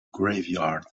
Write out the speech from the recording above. graveyard